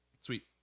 sweet